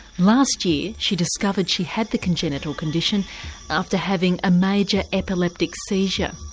last year she discovered she had the congenital condition after having a major epileptic seizure.